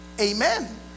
Amen